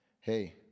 Hey